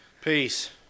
Peace